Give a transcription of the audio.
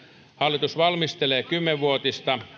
hallitus valmistelee kymmenen vuotista